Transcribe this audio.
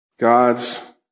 God's